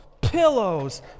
Pillows